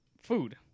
food